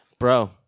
Bro